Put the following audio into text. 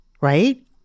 right